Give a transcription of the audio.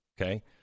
Okay